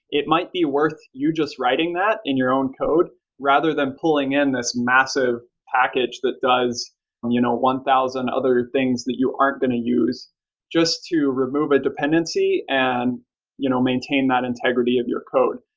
it might be worth you just writing that in your own code rather than pulling in this massive package that does you know one thousand other things that you aren't going to use just to remove a dependency and you know maintain that integrity of your code.